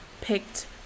picked